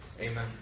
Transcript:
Amen